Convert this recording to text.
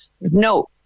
no